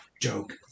joke